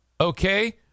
Okay